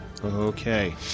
Okay